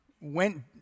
went